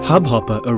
Hubhopper